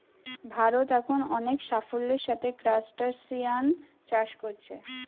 ভারত এখন অনেক সাফল্যের সাথে ক্রস্টাসিআন চাষ কোরছে